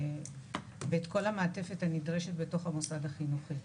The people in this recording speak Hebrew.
ואת כל המעטפת הנדרשת בתוך המוסד החינוכי,